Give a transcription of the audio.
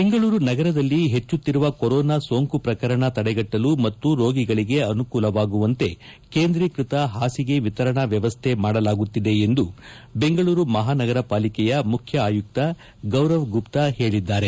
ಬೆಂಗಳೂರು ನಗರದಲ್ಲಿ ಹೆಚ್ಚುತ್ತಿರುವ ಕೊರೋನಾ ಸೋಂಕು ಪ್ರಕರಣ ತಡೆಗ್ಟುಲು ಮತ್ತು ರೋಗಿಗಳಿಗೆ ಅನುಕೂಲವಾಗುವಂತೆ ಕೇಂದ್ರೀಕೃತ ಪಾಸಿಗೆ ವಿತರಣಾ ವ್ದವಸ್ಥೆ ಮಾಡಲಾಗುತ್ತಿದೆ ಎಂದು ಬೆಂಗಳೂರು ಮಹಾನಗರ ಪಾಲಿಕೆಯ ಮುಖ್ಯ ಆಯುಕ್ತ ಗೌರವ್ ಗುಪ್ತಾ ಹೇಳದ್ದಾರೆ